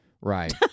Right